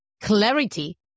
clarity